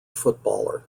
footballer